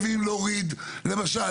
למשל,